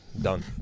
done